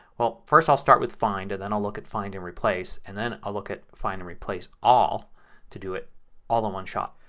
well, first i'll start with find and then i'll look at find and replace and then i'll look at find and replace all to do it all in one shot.